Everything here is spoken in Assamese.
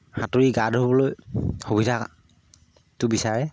সাঁতুৰি গা ধুবলৈ সুবিধাটো বিচাৰে